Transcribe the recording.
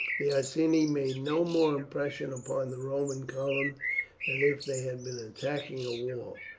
the iceni made no more impression upon the roman column than if they had been attacking a wall.